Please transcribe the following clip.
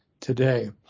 today